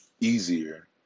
easier